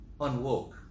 unwoke